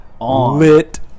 lit